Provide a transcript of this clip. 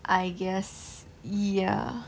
I guess ya